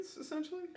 essentially